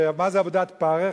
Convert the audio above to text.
מה זה עבודת פרך?